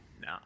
no